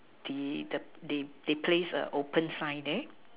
they they they place a open sign there